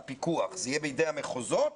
הפיקוח יהיה בידי המחוזות